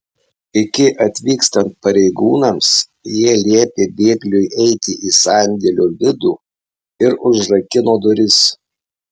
iki atvykstant pareigūnams jie liepė bėgliui eiti į sandėlio vidų ir užrakino duris